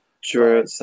Sure